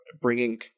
bringing